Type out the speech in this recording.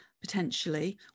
potentially